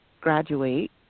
graduate